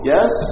Yes